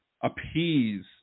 appease